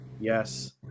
Yes